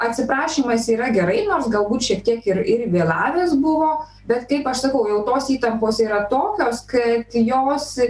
atsiprašymas yra gerai nors galbūt šiek tiek ir ir vėlavęs buvo bet kaip aš sakau jau tos įtampos yra tokios kad jos